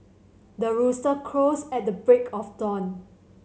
the rooster crows at the break of dawn